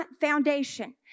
foundation